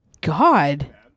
God